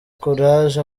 courage